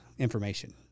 Information